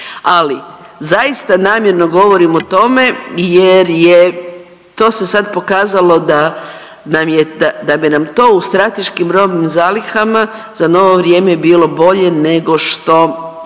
Ali zaista namjerno govorim o tome jer je to se sad pokazalo da nam je to u strateškim robnim zalihama za novo vrijeme bilo bolje nego što